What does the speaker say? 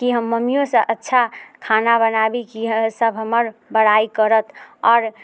की हम मम्मीयोसँ अच्छा खाना बनाबी की सब हमर बड़ाइ करत आओर